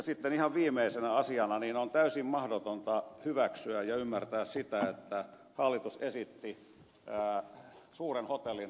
sitten ihan viimeisenä asiana se että on täysin mahdotonta hyväksyä ja ymmärtää sitä että hallitus esitti suuren hotellin rakentamista kansallispuistoon pallakselle